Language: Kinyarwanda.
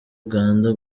uganda